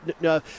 no